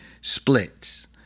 splits